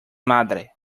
madre